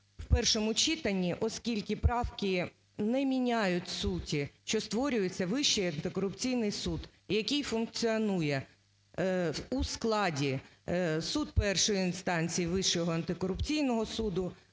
в першому читанні, оскільки правки не міняють суті, що створюється Вищий антикорупційний суд, який функціонує у складі: суд першої інстанції Вищого антикорупційного суду,